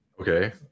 okay